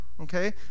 okay